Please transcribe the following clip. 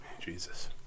Jesus